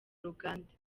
ruganda